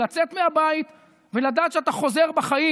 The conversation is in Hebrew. לצאת מהבית ולדעת שאתה חוזר בחיים.